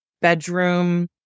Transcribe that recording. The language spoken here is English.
bedroom